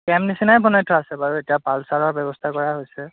camp নিচিনাই বনাই থোৱা আছে বাৰু এতিয়া পাল চালৰ ব্যৱস্থা কৰা হৈছে